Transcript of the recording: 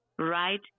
right